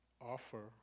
offer